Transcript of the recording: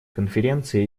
конференция